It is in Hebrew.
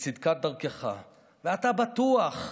בצדקת דרכך ואתה בטוח,